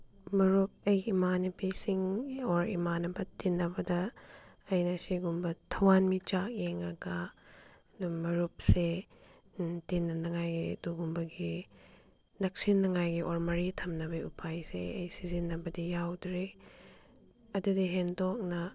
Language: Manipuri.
ꯃꯔꯨꯞ ꯑꯩꯒꯤ ꯏꯃꯥꯟꯅꯕꯤꯁꯤꯡ ꯑꯣꯔ ꯏꯃꯥꯟꯅꯕ ꯇꯤꯟꯅꯕꯗ ꯑꯩꯅ ꯁꯤꯒꯨꯝꯕ ꯊꯋꯥꯟ ꯃꯤꯆꯥꯛ ꯌꯦꯡꯉꯒ ꯑꯗꯨꯝ ꯃꯔꯨꯞꯁꯦ ꯇꯤꯟꯅꯅꯉꯥꯏ ꯑꯗꯨꯒꯨꯝꯕꯒꯤ ꯅꯛꯁꯤꯟꯅꯉꯥꯏ ꯑꯣꯔ ꯃꯔꯤ ꯊꯝꯅꯕꯒꯤ ꯎꯄꯥꯏꯁꯦ ꯑꯩ ꯁꯤꯖꯤꯟꯅꯕꯗꯤ ꯌꯥꯎꯗ꯭ꯔꯤ ꯑꯗꯨꯗꯒꯤ ꯍꯦꯟꯗꯣꯛꯅ